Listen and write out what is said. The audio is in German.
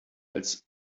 als